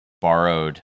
borrowed